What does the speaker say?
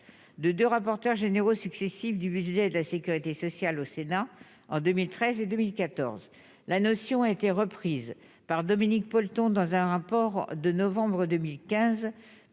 de 2 rapporteurs généraux successifs du budget de la Sécurité sociale au Sénat en 2013 et 2014 la notion a été reprise par Dominique Paul-t-on dans un rapport de novembre 2015,